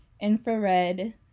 infrared